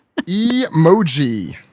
Emoji